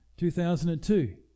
2002